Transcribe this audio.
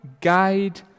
guide